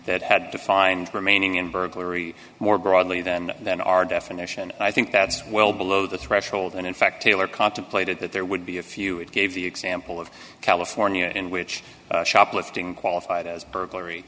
that had to find remaining in burglary more broadly than than our definition i think that's well below the threshold and in fact taylor contemplated that there would be a few it gave the example of california in which shoplifting qualified as burglary